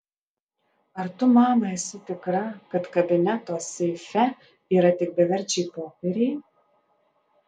ar tu mama esi tikra kad kabineto seife yra tik beverčiai popieriai